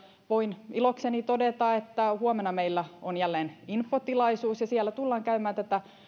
voin ilokseni todeta että huomenna meillä on jälleen infotilaisuus ja siellä tullaan käymään tätä